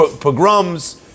pogroms